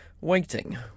waiting